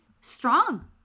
strong